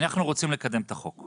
אנחנו רוצים לקדם את החוק,